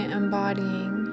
embodying